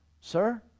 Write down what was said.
sir